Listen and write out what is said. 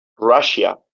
russia